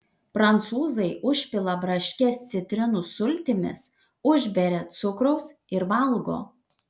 prancūzai užpila braškes citrinų sultimis užberia cukraus ir valgo